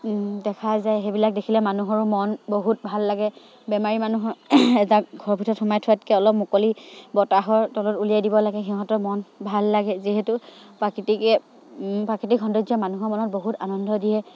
দেখা যায় সেইবিলাক দেখিলে মানুহৰো মন বহুত ভাল লাগে বেমাৰী মানুহৰ এটা ঘৰৰ ভিতৰত সোমাই থোৱাতকৈ অলপ মুকলি বতাহৰ তলত উলিয়াই দিব লাগে সিহঁতৰ মন ভাল লাগে যিহেতু প্ৰাকৃতিকে প্ৰাকৃতিক সৌন্দৰ্যই মানুহৰ মনত বহুত আনন্দ দিয়ে